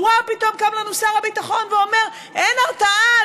ופתאום קם לנו שר הביטחון ואומר: אין הרתעה,